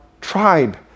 tribe